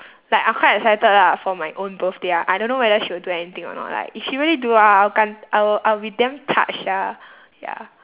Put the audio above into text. like I'm quite excited lah for my own birthday ah I don't know whether she will do anything or not like if she really do ah I will 感 I will I will be damn touched sia ya